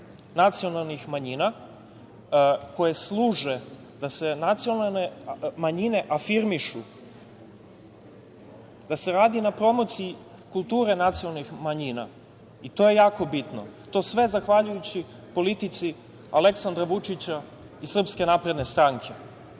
nacionalnih manjina koje služe da se nacionalne manjine afirmišu, da se radi na promociji kulture nacionalnih manjina, i to je jako bitno, zahvaljujući politici Aleksandra Vučića i SNS.Želeo bih